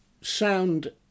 Sound